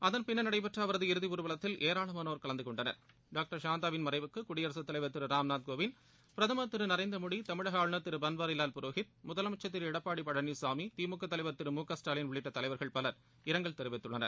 அதன்பின்னர் நடைபெற்ற அவரது இறுதி ஊர்வலத்தில் ஏராளமானோர் கலந்து கொண்டனர் டாக்டர் சாந்தாவின் மறைவுக்கு குடியரசுத் தலைவர் திரு ராம்நாத் கோவிந்த் பிரதமர் திரு நரேந்திரமோடி தமிழக ஆளுநன் திரு பன்வாரிலால் புரோஹித் முதலனமச்சர் திரு எடப்பாடி பழனிசாமி திமுக தலைவர் திரு முகஸ்டாலின் உள்ளிட்ட தலைவர்கள் பலர் இரங்கல் தெரிவித்துள்ளனர்